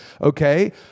okay